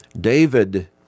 David